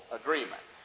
agreement